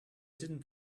didn’t